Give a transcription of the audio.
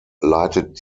leitet